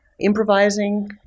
improvising